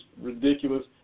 ridiculous